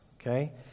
okay